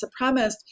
supremacists